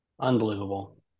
unbelievable